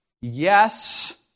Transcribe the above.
Yes